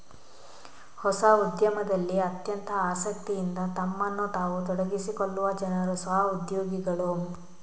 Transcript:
ಹೊಸ ಉದ್ಯಮದಲ್ಲಿ ಅತ್ಯಂತ ಆಸಕ್ತಿಯಿಂದ ತಮ್ಮನ್ನು ತಾವು ತೊಡಗಿಸಿಕೊಳ್ಳುವ ಜನರು ಸ್ವ ಉದ್ಯೋಗಿಗಳು